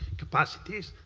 capacities.